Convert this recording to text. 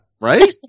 Right